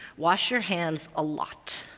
wash your hands a lot!